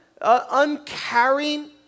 uncaring